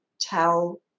tell